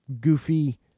goofy